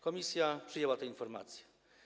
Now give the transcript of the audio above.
Komisja przyjęła te informacje.